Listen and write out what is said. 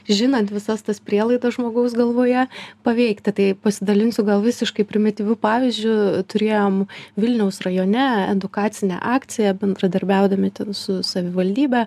žinant visas tas prielaidas žmogaus galvoje paveikti tai pasidalinsiu gal visiškai primityviu pavyzdžiu turėjom vilniaus rajone edukacinę akciją bendradarbiaudami su savivaldybe